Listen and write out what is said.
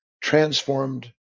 transformed